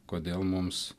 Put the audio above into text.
kodėl mums